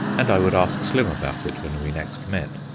and i would ask slim about it when we next met.